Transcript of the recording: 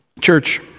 Church